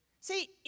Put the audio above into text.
See